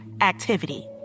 activity